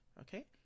Okay